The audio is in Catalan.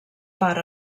part